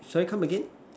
should I come again